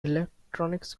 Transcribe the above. electronics